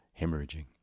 hemorrhaging